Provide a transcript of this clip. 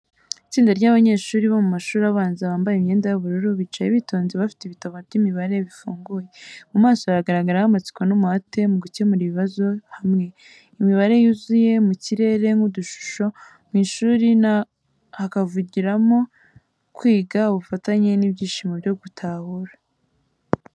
Itsinda ry’abanyeshuri bo mu mashuri abanza bambaye imyenda y’ubururu bicaye bitonze bafite ibitabo by'imibare bifunguye. Mu maso habagaragaraho amatsiko n’umuhate mu gukemura ibibazo hamwe. Imibare yuzuye mu kirere nk’udushusho, mu ishuri hakavugiramo kwiga, ubufatanye n’ibyishimo byo gutahura.